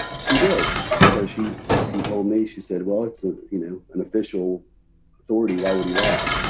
she did? because she she told me, she said, well, it's a you know, an official authority. why would he lie?